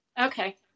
Okay